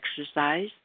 exercise